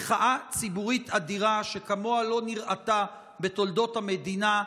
מחאה ציבורית אדירה שכמוה לא נראתה בתולדות המדינה.